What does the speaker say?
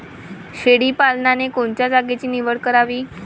शेळी पालनाले कोनच्या जागेची निवड करावी?